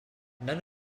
none